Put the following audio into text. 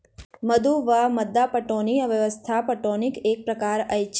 मद्दु वा मद्दा पटौनी व्यवस्था पटौनीक एक प्रकार अछि